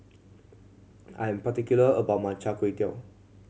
I'm particular about my chai kuay tow